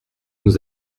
nous